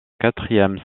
quatrième